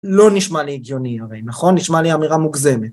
לא נשמע לי הגיוני הרי נכון נשמע לי אמירה מוגזמת